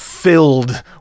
filled